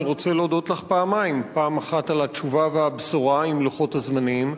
אני רוצה להודות לך פעמיים: פעם אחת על התשובה והבשורה עם לוחות הזמנים,